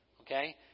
Okay